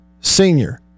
senior